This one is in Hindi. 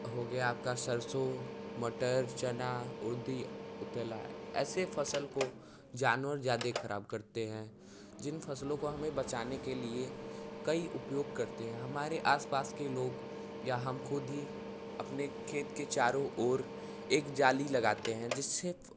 हो गया आपका सरसों मटर चना उरदी उतैला है ऐसे फसल को जानवर ज़्यादा खराब करते हैं जिन फसलों को हमें बचाने के लिए कई उपयोग करते हैं हमारे आसपास के लोग या हम खुद ही अपने खेत के चारों और एक जाली लगाते हैं जिससे